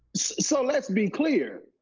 so let's be clear.